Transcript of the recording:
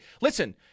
Listen